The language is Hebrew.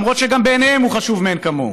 למרות שגם בעיניהם הוא חשוב מאין כמוהו.